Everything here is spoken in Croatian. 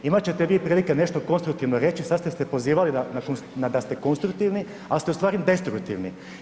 Imat ćete vi prilike nešto konstruktivno reći, sad ste se pozivali da ste konstruktivni, ali ste ustvari destruktivni.